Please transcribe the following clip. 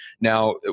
Now